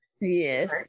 Yes